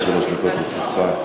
עד שלוש דקות לרשותך.